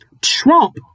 Trump